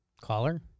Caller